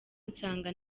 nsanga